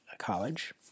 college